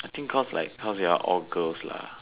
think because like because you'all all girls lah